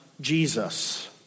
Jesus